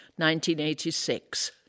1986